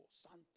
santo